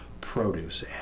produce